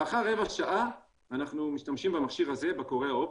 לאחר 15 דקות אנחנו משתמשים בקורא האופטי,